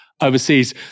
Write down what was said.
overseas